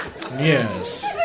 Yes